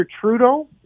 Trudeau